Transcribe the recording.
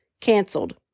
canceled